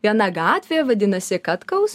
viena gatvė vadinasi katkaus